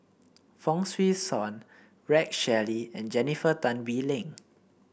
Fong Swee Suan Rex Shelley and Jennifer Tan Bee Leng